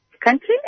country